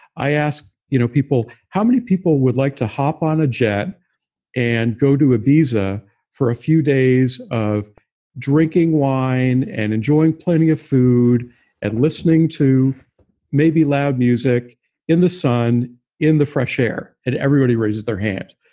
i asked you know people people how many people would like to hop on a jet and go to a visa for a few days of drinking wine and enjoying plenty of food and listening to maybe loud music in the sun in the fresh air. and everybody raises their hand.